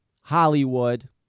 Hollywood